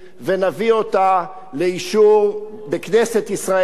ונביא אותה לאישור בכנסת ישראל,